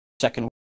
second